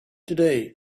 today